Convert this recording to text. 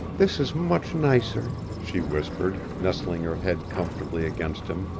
this is much nicer, she whispered, nestling her head comfortably against him.